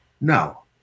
no